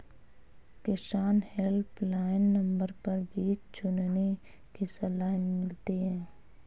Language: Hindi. किसान हेल्पलाइन नंबर पर बीज चुनने की सलाह मिलती है